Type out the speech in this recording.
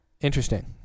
interesting